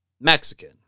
Mexican